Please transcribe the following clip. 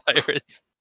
pirates